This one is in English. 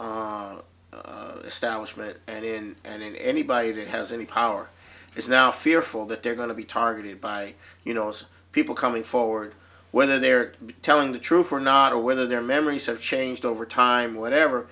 establishment and in an anybody that has any power is now fearful that they're going to be targeted by you know people coming forward whether they're telling the truth or not or whether their memories are changed over time whatever